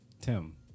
Tim